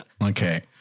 Okay